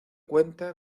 cuenta